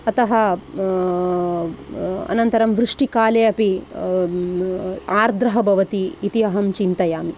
अतः अनन्तरं वृष्टिकाले अपि आर्द्रः भवति इति अहं चिन्तयामि